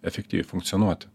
efektyviai funkcionuoti